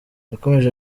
yakomeje